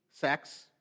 Sex